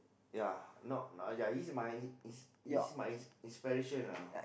ya not ya he's my he's he's my ins~ inspiration ah